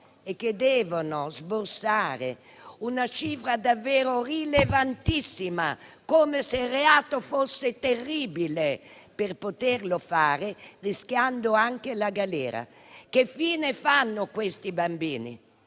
e devono sborsare una cifra davvero rilevantissima, come se il reato fosse terribile, rischiando anche la galera? Che fine fanno questi bambini?